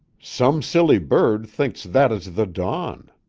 some silly bird thinks that is the dawn.